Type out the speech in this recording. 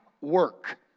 work